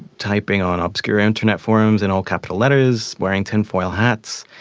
typing on obscure internet forums in all capital letters, wearing tinfoil hats.